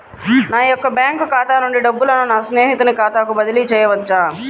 నా యొక్క బ్యాంకు ఖాతా నుండి డబ్బులను నా స్నేహితుని ఖాతాకు బదిలీ చేయవచ్చా?